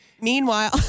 Meanwhile